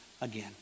again